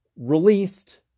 Released